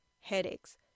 headaches